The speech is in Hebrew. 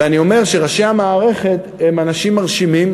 ואני אומר שראשי המערכת הם אנשים מרשימים